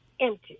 empty